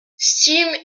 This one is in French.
steam